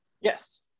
Yes